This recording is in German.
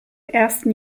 ersten